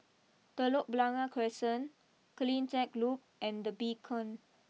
Telok Blangah Crescent Cleantech Loop and the Beacon